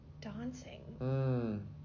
dancing